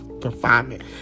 confinement